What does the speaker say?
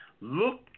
Look